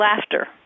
laughter